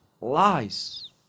lies